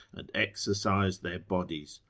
and exercise their bodies.